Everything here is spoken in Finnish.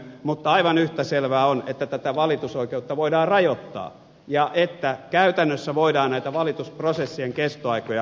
mutta aivan yhtä selvää on että tätä valitusoikeutta voidaan rajoittaa ja että käytännössä voidaan näitä valitusprosessien kestoaikoja lyhentää